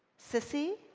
sissie,